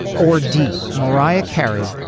or d. mariah carey.